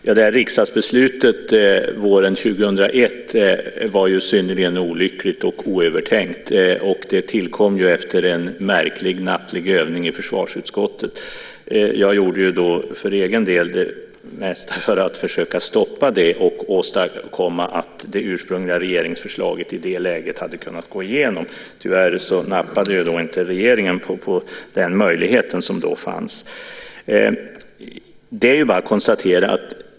Herr talman! Riksdagsbeslutet våren 2001 var ju synnerligen olyckligt och oövertänkt. Det tillkom efter en märklig nattlig övning i försvarsutskottet. Jag gjorde för egen del det mesta för att försöka stoppa det och åstadkomma att det ursprungliga regeringsförslaget i det läget hade kunnat gå igenom. Tyvärr nappade inte regeringen på den möjlighet som då fanns.